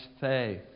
faith